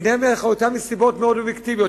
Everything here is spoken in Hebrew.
מתנערת מאחריותה מסיבות מאוד אובייקטיביות.